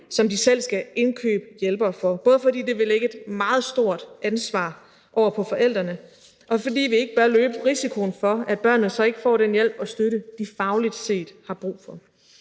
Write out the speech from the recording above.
som de selv skal indkøbe hjælpere for, både fordi det vil lægge et meget stort ansvar over på forældrene, og fordi vi ikke bør løbe risikoen for, at børnene så ikke får den hjælp og støtte, de fagligt set har brug for.